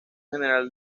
general